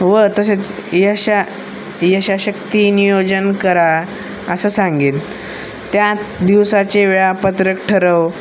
व तसेच यशा यशासाठी नियोजन करा असं सांगेल त्या दिवसाचे वेळापत्रक ठरव